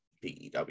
PEW